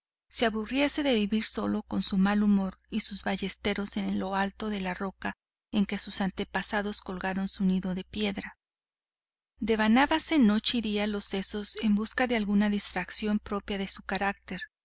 se aburriese de vivir solo con su mal humor y sus ballesteros en lo alto de la roca en que sus antepasados colgaron su nido de piedra devanábase noche y día los sesos en busca de alguna distracción propia de su carácter